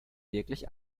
wirklich